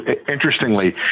Interestingly